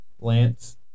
Lance